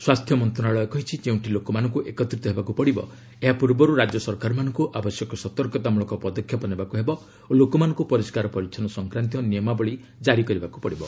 ସ୍ୱାସ୍ଥ୍ୟ ମନ୍ତ୍ରଣାଳୟ କହିଛି ଯେଉଁଠି ଲୋକମାନଙ୍କୁ ଏକତ୍ରିତ ହେବାକୁ ପଡ଼ିବ ଏହାପୂର୍ବରୁ ରାଜ୍ୟ ସରକାରମାନଙ୍କୁ ଆବଶ୍ୟକ ସତର୍କତାମଳକ ପଦକ୍ଷେପ ନେବାକୁ ହେବ ଓ ଲୋକମାନଙ୍କୁ ପରିଷ୍କାର ପରିଚ୍ଛନ୍ନ ସଂକ୍ରାନ୍ତୀୟ ନିୟମାବଳୀ ଜାରି କରିବାକୁ ହେବ